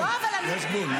יש גבול.